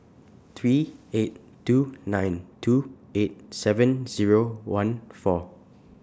three eight two nine two eight seven Zero one four